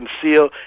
conceal